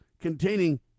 containing